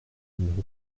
numéro